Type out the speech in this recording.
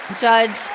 Judge